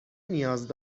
نیاز